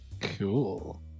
cool